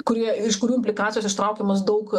kurie iš kurių implikacijos ištraukiamos daug